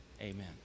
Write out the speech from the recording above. Amen